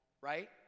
right